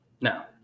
Now